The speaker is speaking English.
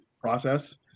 process